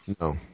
No